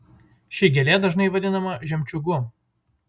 ši gėlė dažnai vadinama žemčiūgu